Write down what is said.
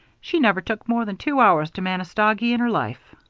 she never took more than two hours to manistogee in her life.